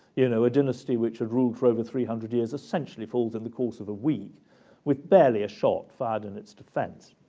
you know, a dynasty which had ruled for over three hundred years essentially falls in the course of a week with barely a shot fired in its defense.